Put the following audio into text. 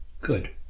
Good